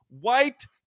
white